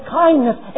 kindness